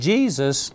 Jesus